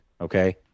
Okay